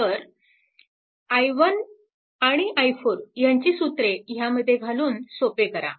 तर i1 आणि i4 यांची सूत्रे ह्यामध्ये घालून सोपे करा